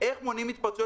איך מודדים התפרצויות?